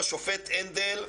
הנדל,